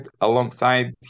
alongside